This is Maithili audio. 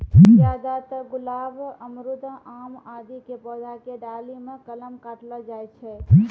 ज्यादातर गुलाब, अमरूद, आम आदि के पौधा के डाली मॅ कलम काटलो जाय छै